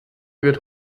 wird